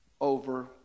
over